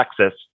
Texas